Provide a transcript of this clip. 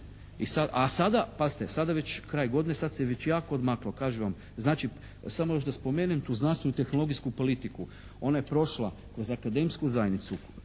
A sada, pazite sada već kraj godine, sada se već jako odmaklo, kažem vam. Samo još da spomenem tu znanstvenu tehnologijsku politiku. Ona je prošla kroz akademsku zajednicu,